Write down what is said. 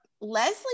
leslie